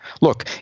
Look